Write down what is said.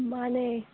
ꯃꯥꯟꯅꯦ